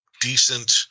decent –